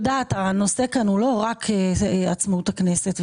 הנושא כאן הוא לא רק עצמאות הכנסת,